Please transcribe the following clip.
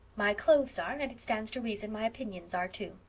my clothes are, and it stands to reason my opinions are, too.